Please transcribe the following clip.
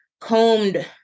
combed